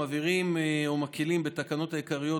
המבהירים או מקילים בתקנות העיקריות,